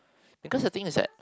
because the thing is that